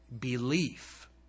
belief